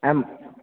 ऐं